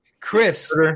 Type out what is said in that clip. Chris